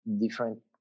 different